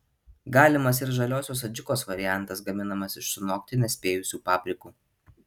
galimas ir žaliosios adžikos variantas gaminamas iš sunokti nespėjusių paprikų